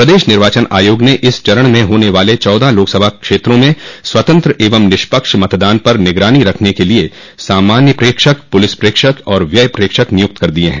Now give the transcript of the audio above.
प्रदेश निर्वाचन आयोग ने इस चरण में होने वाले चौदह लोकसभा क्षेत्रों में स्वतंत्र एवं निष्पक्ष मतदान पर निगरानी रखने के लिए सामान्य प्रेक्षक प्रलिस प्रेक्षक और व्यय प्रेक्षक निय्क्ति कर दिये हैं